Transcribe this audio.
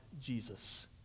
Jesus